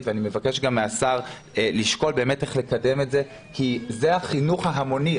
ואני מבקש גם מהשר לשקול איך לקדם את זה כי זה החינוך ההמוני.